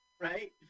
Right